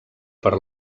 per